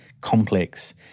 complex